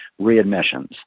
readmissions